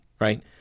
right